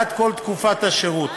בעד כל תקופת השירות.